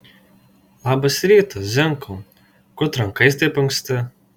labas rytas zinkau kur trankais taip anksti